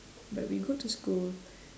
but we go to school